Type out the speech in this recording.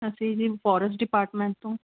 ਅਸੀਂ ਜੀ forest department ਤੋਂ